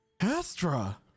Astra